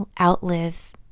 outlive